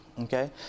Okay